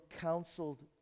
counseled